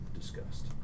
discussed